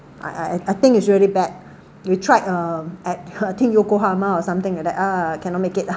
I I I think it's really bad we tried uh at I think yokohama or something like that ah cannot make it ah